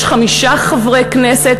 יש חמישה חברי כנסת,